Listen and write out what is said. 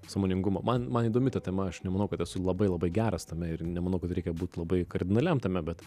sąmoningumo man man įdomi ta tema aš nemanau kad esu labai labai geras tame ir nemanau kad reikia būt labai kardinaliam tame bet